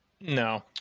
No